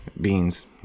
beans